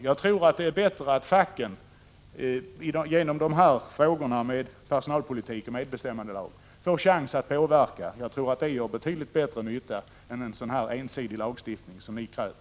En chans för facket att påverka utvecklingen gör säkerligen betydligt större nytta än en sådan här ensidig lagstiftning som ni kräver.